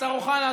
השר אוחנה,